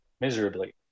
miserably